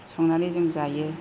संनानै जों जायो